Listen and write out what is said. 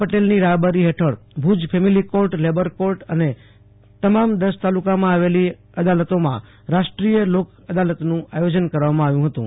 પટેલની રાહબરી હેઠળ Bhuj family court labour court અને તમામ દસ તાલુકામાં આવેલી અદાલતોમાં રાષ્ટ્રીય લોક અદાલતનું આયોજન કરવામાં આવ્યું હતું